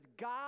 God